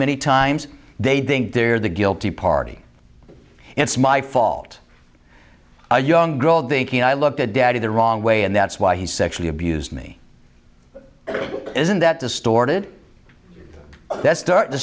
many times they think they're the guilty party it's my fault a young girl drinking i looked at daddy the wrong way and that's why he sexually abused me isn't that distorted that start